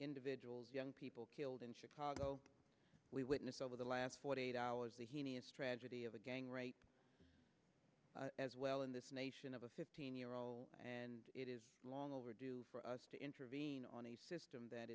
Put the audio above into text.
individuals young people killed in chicago we witnessed over the last forty eight hours the tragedy of a gang rape as well in this nation of a fifteen year old and it is long overdue for us to intervene on a system that